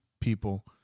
people